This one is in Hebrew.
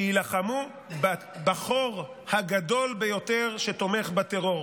שיילחמו בחור הגדול ביותר שתומך בטרור,